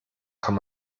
kann